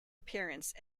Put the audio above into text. appearance